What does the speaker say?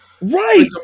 Right